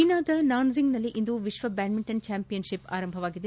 ಚೀನಾದ ನಾನ್ವಿಂಗ್ನಲ್ಲಿ ಇಂದು ವಿಶ್ವ ಬ್ಯಾಡ್ಸಿಂಟನ್ ಚಾಂಪಿಯನ್ಷಿಪ್ ಆರಂಭಗೊಂಡಿದೆ